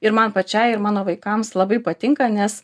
ir man pačiai ir mano vaikams labai patinka nes